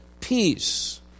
peace